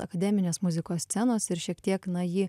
akademinės muzikos scenos ir šiek tiek na jį